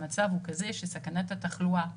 המצב הוא כזה שסכנת התחלואה עולה,